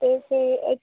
ਤੇ ਫਿ ਇ